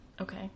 okay